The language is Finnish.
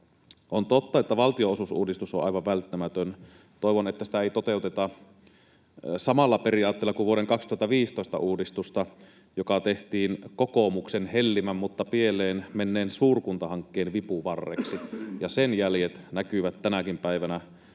On totta, että valtionosuusuudistus on aivan välttämätön. Toivon, että sitä ei toteuteta samalla periaatteella kuin vuoden 2015 uudistusta, joka tehtiin kokoomuksen hellimän mutta pieleen menneen suurkuntahankkeen vipuvarreksi. Sen jäljet näkyvät tänäkin päivänä